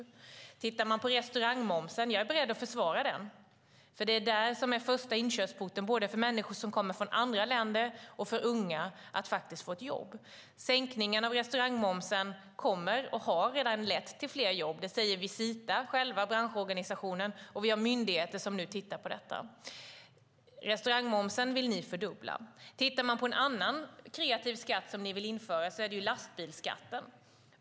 Jag är beredd att försvara restaurangmomsen, för restaurangbranschen är den första inkörsporten både för människor som kommer från andra länder och för unga att få ett jobb. Sänkningen av restaurangmomsen kommer att leda och har redan lett till fler jobb. Det säger branschorganisationen Visita själv. Och vi har myndigheter som nu tittar på detta. Restaurangmomsen vill ni fördubbla. En annan kreativ skatt som ni vill införa är lastbilsskatten.